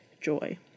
joy